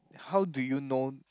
how do you know